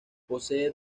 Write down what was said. posee